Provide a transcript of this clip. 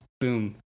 Boom